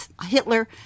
Hitler